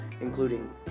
including